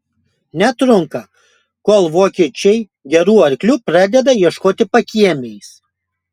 netrunka kol vokiečiai gerų arklių pradeda ieškoti pakiemiais